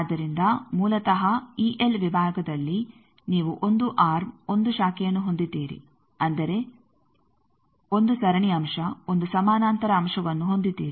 ಆದ್ದರಿಂದ ಮೂಲತಃ ಈಎಲ್ ವಿಭಾಗದಲ್ಲಿ ನೀವು 1 ಆರ್ಮ್ 1 ಶಾಖೆಯನ್ನು ಹೊಂದಿದ್ದೀರಿ ಅಂದರೆ 1 ಸರಣಿ ಅಂಶ 1 ಸಮಾನಾಂತರ ಅಂಶವನ್ನು ಹೊಂದಿದ್ದೀರಿ